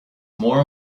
more